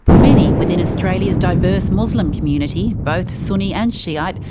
many within australia's diverse muslim community, both sunni and shiite,